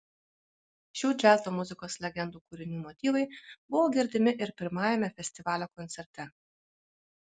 šių džiazo muzikos legendų kūrinių motyvai buvo girdimi ir pirmajame festivalio koncerte